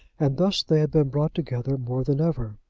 and thus they had been brought together more than ever.